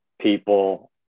people